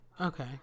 Okay